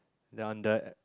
then under